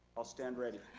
i'll stand ready.